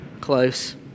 close